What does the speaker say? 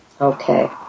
Okay